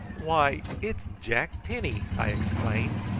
why, it's jack penny! i exclaimed.